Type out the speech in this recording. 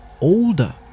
older